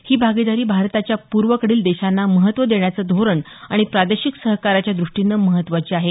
ही भागीदारी भारताच्या पूर्वकडील देशांना महत्त्व देण्याचं धोरण आणि प्रादेशिक सहकार्याच्या द्रष्टीनं महत्त्वाची आहे